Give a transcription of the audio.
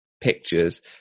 pictures